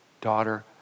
Daughter